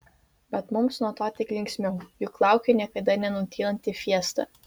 bet mums nuo to tik linksmiau juk laukia niekada nenutylanti fiesta